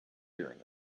doing